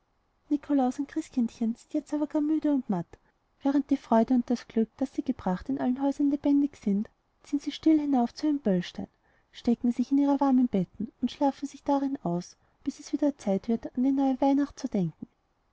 nikolaus und christkindchen sind aber jetzt gar müde und matt während die freude und das glück das sie gebracht in allen häusern lebendig sind ziehen sie still hinauf auf ihren böllstein stecken sich in ihre warmen betten und schlafen sich darin aus bis es wieder zeit wird an die neue weihnacht zu denken